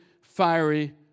fiery